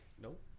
nope